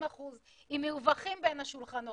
ל-50% עם מרווחים בין השולחנות,